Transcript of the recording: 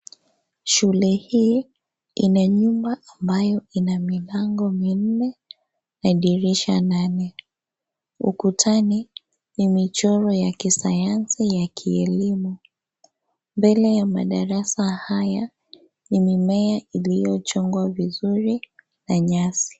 Shule hii ina nyumba ambayo ina milango minne na dirisha nane. Ukutani imechorwa ya kisayansi ya kielimu, mbele ya madarasa haya ni mimea iliyochongwa vizuri na nyasi.